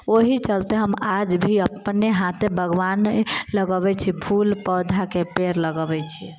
ओहि चलते हम आज भी अपने हाथे बागवान लगाबैत छी फूल पौधाके पेड़ लगबैत छी